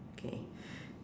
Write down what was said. okay